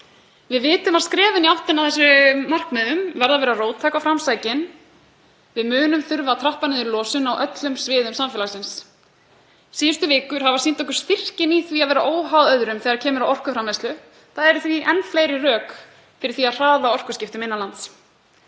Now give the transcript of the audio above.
Við vitum að skrefin í áttina að þessum markmiðum verða að vera róttæk og framsækin. Við munum þurfa að trappa niður losun á öllum sviðum samfélagsins. Síðustu vikur hafa sýnt okkur styrkinn í því að vera óháð öðrum þegar kemur að orkuframleiðslu. Það eru því enn fleiri rök fyrir því að hraða orkuskiptum innan lands.